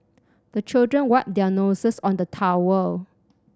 the children wipe their noses on the towel